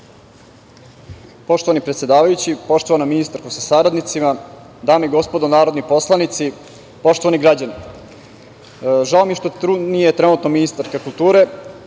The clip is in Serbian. Poštovani predsedavajući, poštovana ministarko sa saradnicima, dame i gospodo narodni poslanici, poštovani građani, žao mi je što tu nije ministarka kulture.